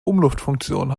umluftfunktion